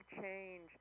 change